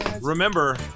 Remember